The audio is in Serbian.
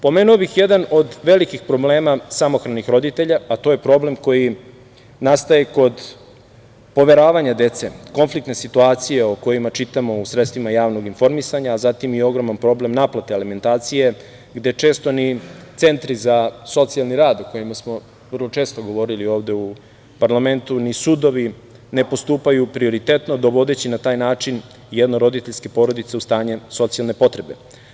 Pomenuo bih jedan od velikih problema samohranih roditelja, a to je problem koji nastaje kod poveravanja dece, konflikte situacije o kojima čitamo u sredstvima javnog informisanja, a zatim i ogroman problem naplate alimentacije gde često ni centri za socijalni rad o kojima smo vrlo često govorili u parlamentu, ni sudovi ne postupaju prioritetno, dovodeći na taj način jednoroditeljske porodice u stanje socijalne potrebe.